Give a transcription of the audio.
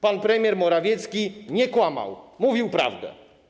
Pan premier Morawiecki nie kłamał, mówił prawdę.